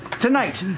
tonight,